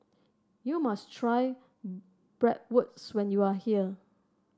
you must try Bratwurst when you are here